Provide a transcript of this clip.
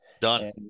Done